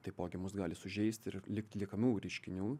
taipogi mus gali sužeisti ir likt liekamųjų reiškinių